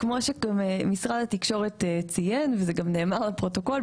כמו שמשרד התקשורת ציין וגם זה נאמר לפרוטוקול,